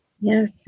Yes